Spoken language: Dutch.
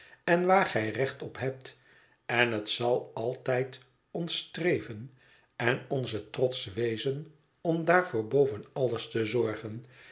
en waar gij recht op hebt en het zal altijd ons streven en onze trots wezen om daarvoor boven alles te zorgen